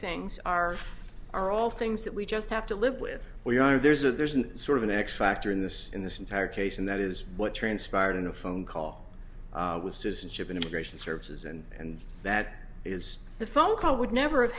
things are are all things that we just have to live with we are there's a there's a sort of an x factor in this in this entire case and that is what transpired in a phone call with citizenship and immigration services and that is the phone call would never have